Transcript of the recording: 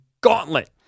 gauntlet